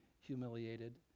humiliated